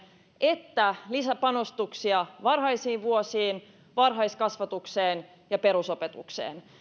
että lisäpanostuksia varhaisiin vuosiin varhaiskasvatukseen ja perusopetukseen